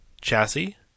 chassis